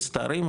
מצטערים,